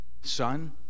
Son